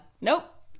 nope